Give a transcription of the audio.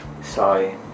Sorry